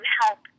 help